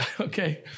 okay